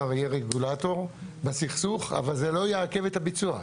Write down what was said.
יהיה רגולטור בסכסוך אבל זה לא יעכב את הביצוע.